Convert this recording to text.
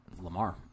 Lamar